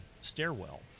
stairwell